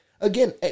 Again